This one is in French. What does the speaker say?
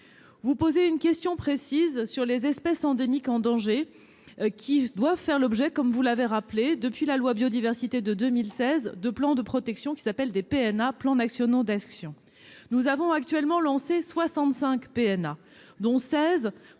Vous posez une question précise sur les espèces endémiques en danger, qui doivent faire l'objet, comme vous l'avez souligné, depuis la loi Biodiversité de 2016, de plans de protection, dits plans nationaux d'action, ou PNA. Nous avons lancé 65 PNA, dont 16